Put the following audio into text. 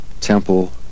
temple